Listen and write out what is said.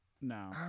No